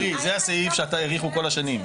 תראה, זה הסעיף שהאריכו כל השנים.